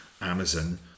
Amazon